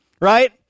Right